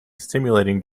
stimulating